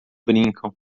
brincam